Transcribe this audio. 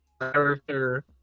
character